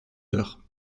heures